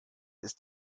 ist